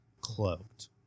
cloaked